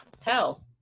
hell